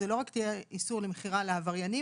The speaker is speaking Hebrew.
זה לא רק יהיה איסור למכירה לעבריינים